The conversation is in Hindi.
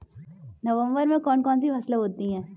नवंबर में कौन कौन सी फसलें होती हैं?